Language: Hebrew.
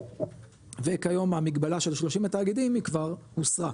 וכיום המגבלה של 30 תאגידים היא כבר הוסרה,